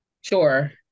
Sure